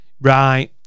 right